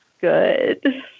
good